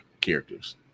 characters